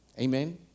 Amen